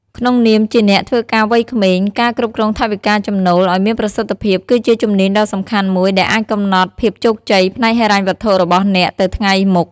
ក្នុងនាមជាអ្នកធ្វើការវ័យក្មេង ការគ្រប់គ្រងថវិកាចំណូលឱ្យមានប្រសិទ្ធភាពគឺជាជំនាញដ៏សំខាន់មួយដែលអាចកំណត់ភាពជោគជ័យផ្នែកហិរញ្ញវត្ថុរបស់អ្នកទៅថ្ងៃមុខ។